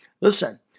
Listen